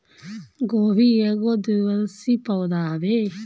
गोभी एगो द्विवर्षी पौधा हवे